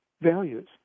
values